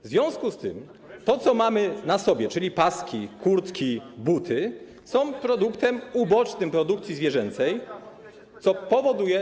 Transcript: W związku z tym to, co mamy na sobie, czyli paski, kurtki, buty, są produktami ubocznymi produkcji zwierzęcej, co powoduje.